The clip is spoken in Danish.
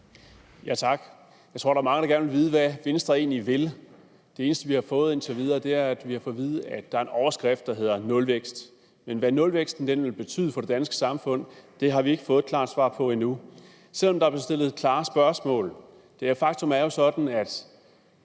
(S): Tak. Jeg tror, at der er mange, der gerne vil vide, hvad Venstre egentlig vil. Det eneste, vi indtil videre har fået at vide, er, at man har en overskrift, der hedder nulvækst, men hvad nulvæksten vil betyde for det danske samfund, har vi ikke fået et klart svar på endnu, selv om der er blevet stillet klare spørgsmål. Faktum er, at